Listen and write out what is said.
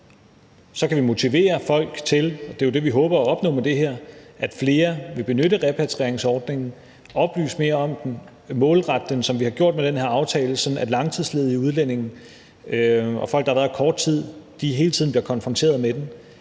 Så kan vi motivere folk til – og det er jo det, vi håber at opnå med det her – at flere vil benytte repatrieringsordningen, oplyse mere om den, målrette den, som vi har gjort det med den her aftale, sådan at langtidsledige udlændinge og folk, der har været her i kort tid, hele tiden bliver konfronteret med den.